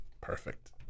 Perfect